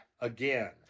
Again